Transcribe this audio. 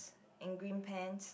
in green pants